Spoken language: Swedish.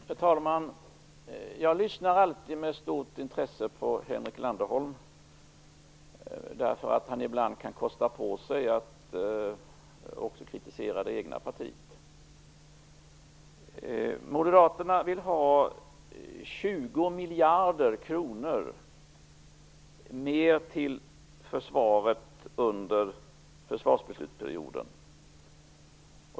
Herr talman! Jag lyssnar alltid med stort intresse på Henrik Landerholm, därför att han ibland kan kosta på sig att kritisera också det egna partiet. Moderaterna vill ha 20 miljarder kronor mer till försvaret under försvarsbeslutsperioden.